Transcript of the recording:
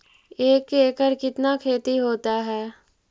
एक एकड़ कितना खेति होता है?